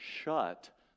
shut